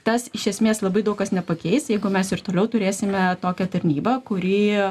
tas iš esmės labai daug kas nepakeis jeigu mes ir toliau turėsime tokią tarnybą kuri